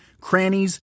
crannies